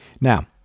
Now